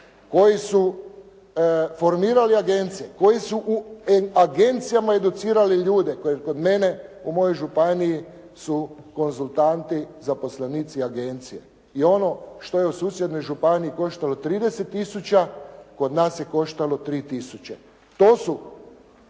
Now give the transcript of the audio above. koji su formirali agencije, koji su u agencijama educirali ljude koji kod mene u mojoj županiji su konzultanti, zaposlenici agencije. I ono što je u susjednoj županiji koštalo 30000 kod nas je koštalo 3000.